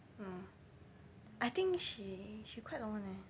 mm I think she she quite long [one] eh